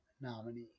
nominee